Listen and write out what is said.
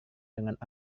dengan